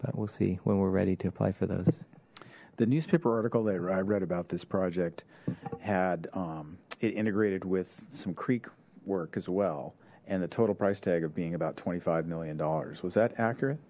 but we'll see when we're ready to apply for those the newspaper article that i read about this project had it integrated with some creeks work as well and the total price tag of being about twenty five million dollars was that accurate